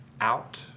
out